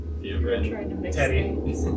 Teddy